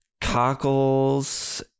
cockles